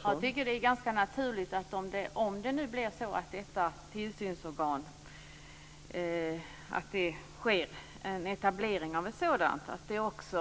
Herr talman! Om ett tillsynsorgan etableras tycker jag att det är ganska naturligt att också